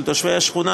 של תושבי השכונה,